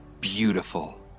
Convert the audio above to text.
beautiful